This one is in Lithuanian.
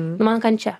man kančia